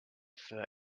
for